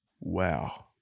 wow